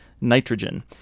Nitrogen